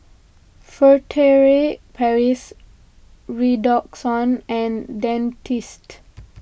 Furtere Paris Redoxon and Dentiste